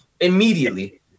Immediately